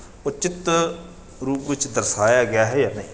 ਉਚਿੱਤ ਰੂਪ ਵਿੱਚ ਦਰਸਾਇਆ ਗਿਆ ਹੈ ਜਾਂ ਨਹੀਂ